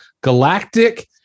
Galactic